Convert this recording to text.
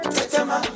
Tetema